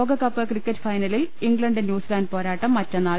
ലോകക്പ്പ് cricket ഫൈനലിൽ England New Zealand പോരാട്ടം മറ്റന്നാൾ